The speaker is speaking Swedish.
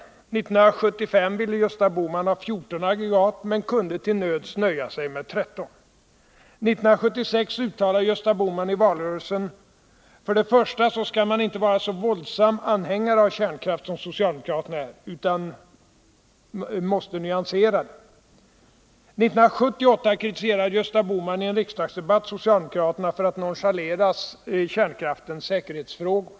1975 ville Gösta Bohman ha 14 aggregat, men han kunde till nöds nöja sig med 13. 1976 uttalade Gösta Bohman i valrörelsen: ”För det första så ska man inte vara så våldsam anhängare av kärnkraft som socialdemokraterna är, utan måste nyansera det.” 1978 kritiserade Gösta Bohman i en riksdagsdebatt socialdemokraterna för att nonchalera säkerhetsfrågorna i samband med kärnkraften.